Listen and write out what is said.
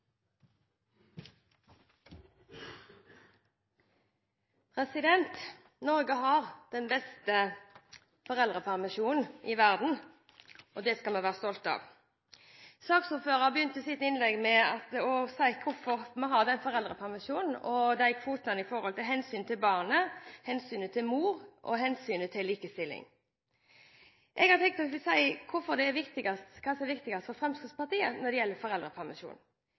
Norge har den beste foreldrepermisjonen i verden, og det skal vi være stolte av. Saksordføreren begynte sitt innlegg med å si hvorfor vi har foreldrepermisjonen og kvotene, og det er av hensyn til barnet, hensynet til mor og hensynet til likestilling. Jeg tenkte jeg skulle si hva som er viktigst for Fremskrittspartiet når det gjelder